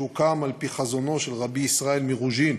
שהוקם על-פי חזונו של רבי ישראל מרוז'ין,